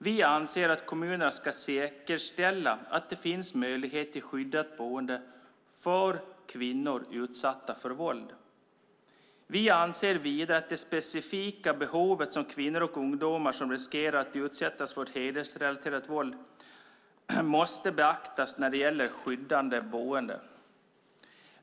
Vi anser att kommunerna ska säkerställa att det finns möjlighet till skyddat boende för kvinnor som utsatts för våld. Vi anser vidare att de specifika behov som kvinnor och ungdomar som riskerar att utsättas för hedersrelaterat våld har måste beaktas när det gäller skyddade boenden.